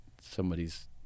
somebody's